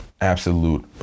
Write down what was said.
absolute